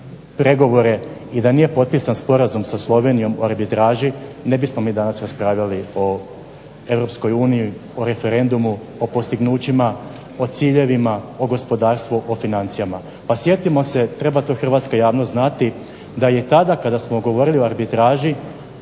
pregovore i da nije potpisan sporazum sa Slovenijom o arbitraži, ne bismo mi raspravljali o Europskoj uniji, o referendumu, o postignućima, o ciljevima, o gospodarstvu, o financijama. Pa sjetimo se treba to Hrvatska javnost znati da je tada kada smo govorili o arbitraži